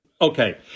Okay